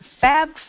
Fab